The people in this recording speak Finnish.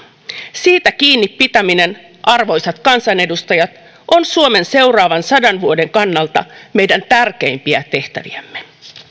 siitä kiinnipitäminen arvoisat kansanedustajat on suomen seuraavan sadan vuoden kannalta meidän tärkeimpiä tehtäviämme